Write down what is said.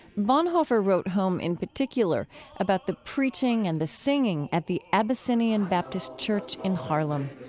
bonhoeffer wrote home in particular about the preaching and the singing at the abyssinian baptist church in harlem